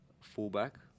Fullback